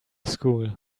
school